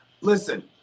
Listen